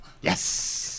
Yes